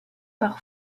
par